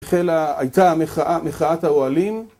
הייתה מחאת האוהלים